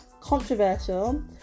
controversial